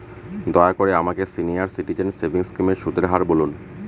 দয়া করে আমাকে সিনিয়র সিটিজেন সেভিংস স্কিমের সুদের হার বলুন